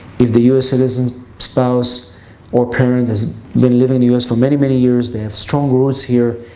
if the u s. citizen, spouse or parent has been live in the u s. for many, many years, they have strong roots here.